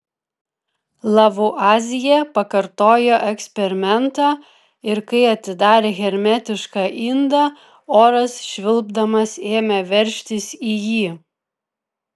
lavuazjė pakartojo eksperimentą ir kai atidarė hermetišką indą oras švilpdamas ėmė veržtis į jį